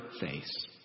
face